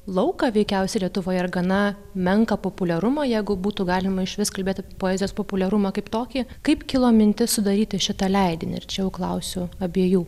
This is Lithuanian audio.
lauką veikiausiai lietuvoje ir gana menką populiarumą jeigu būtų galima išvis kalbėti apie poezijos populiarumą kaip tokį kaip kilo mintis sudaryti šitą leidinį ir čia jau klausiu abiejų